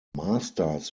masters